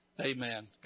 Amen